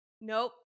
Nope